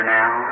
now